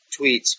tweets